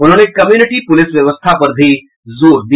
उन्होंने community police व्यवस्था पर भी जोर दिया